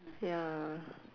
ya